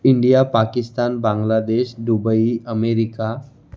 India Pakistan Bangladesh Dubai America